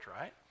right